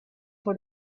for